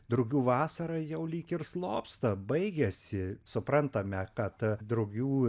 drugių vasara jau lyg ir slopsta baigiasi suprantame kad drugių